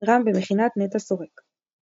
ר"מ במכינת נטע שורק.